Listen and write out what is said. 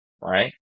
right